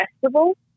festival